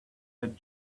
had